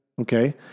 Okay